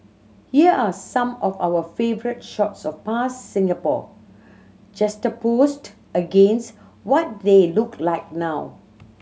here are some of our favourite shots of past Singapore juxtaposed against what they look like now